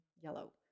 yellow